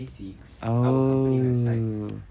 oh